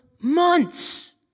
months